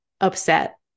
upset